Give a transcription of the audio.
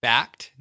Fact